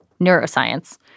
neuroscience